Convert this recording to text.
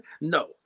No